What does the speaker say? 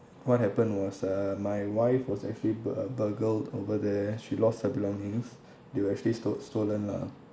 what happened was uh my wife was actually b~ uh burgled over there she lost her belongings they were actually sto~ stolen lah